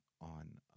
on